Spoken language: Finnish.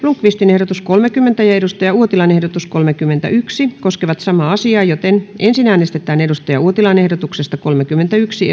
blomqvistin ehdotus kolmekymmentä ja kari uotilan ehdotus kolmekymmentäyksi koskevat samaa määrärahaa ensin äänestetään ehdotuksesta kolmekymmentäyksi